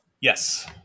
Yes